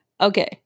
okay